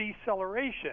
deceleration